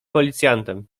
policjantem